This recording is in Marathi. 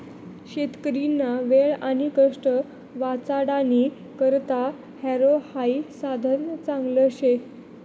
शेतकरीना वेळ आणि कष्ट वाचाडानी करता हॅरो हाई साधन चांगलं शे